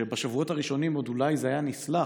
בשבועות הראשונים עוד אולי זה היה נסלח,